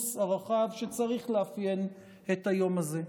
הרחב שצריך לאפיין את היום הזה.